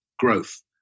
Growth